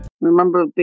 remember